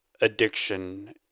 addiction